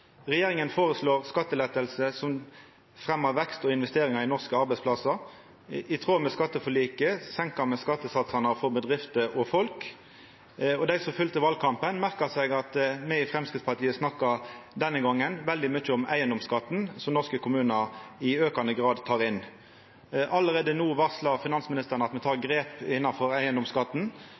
Regjeringa føreslår skattelettar som fremjar vekst og investeringar i norske arbeidsplassar. I tråd med skatteforliket senkar me skattesatsane for bedrifter og folk, og dei som følgde valkampen, merka seg at me i Framstegspartiet denne gongen snakka veldig mykje om eigedomsskatten som norske kommunar i aukande grad tek inn. Allereie no varslar finansministeren at me tek grep innanfor eigedomsskatten.